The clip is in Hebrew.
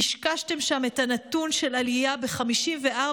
קשקשתם שם את הנתון של עלייה ב-54%